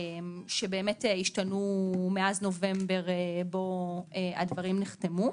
שבאמת השתנו מאז נובמבר בו הדברים נחתמו.